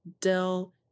dill